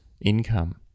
income